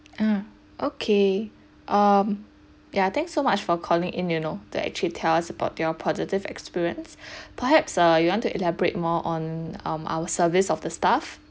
ah okay um ya thank so much for calling in you know to actually tell us about your positive experience perhaps err you want to elaborate more on um our service of the staff